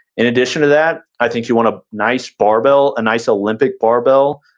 in addition to that, i think you want a nice barbell, a nice olympic barbell.